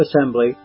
Assembly